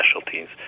specialties